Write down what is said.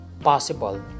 possible